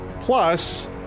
Plus